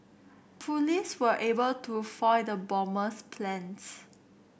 police were able to foil the plans